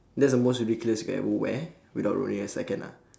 that's the most ridiculous you could ever wear without ruining the second ah